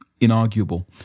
inarguable